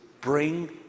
bring